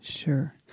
Sure